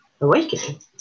awakening